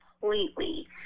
completely